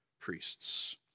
priests